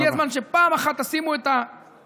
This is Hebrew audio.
הגיע הזמן שפעם אחת תשימו את טובתה.